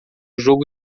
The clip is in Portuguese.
jogo